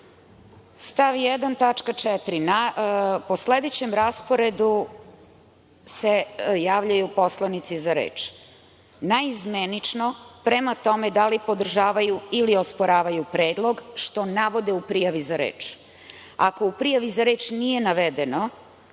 tačka 4. – Po sledećem rasporedu se javljaju poslanici za reč naizmenično, prema tome da li podržavaju ili osporavaju predlog što navode u prijavi za reč. Ako u prijavi za reč nije navedeno